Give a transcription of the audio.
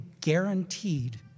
guaranteed